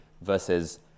versus